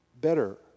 better